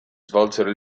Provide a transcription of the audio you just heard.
svolsero